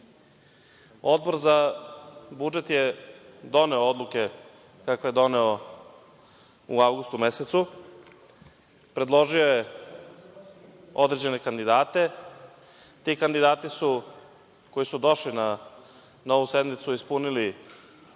Odbor za budžet je doneo odluke kakve je doneo u avgustu mesecu, predložio je određene kandidate, ti kandidati koji su došli na ovu sednicu ispunili